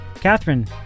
Catherine